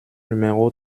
numéro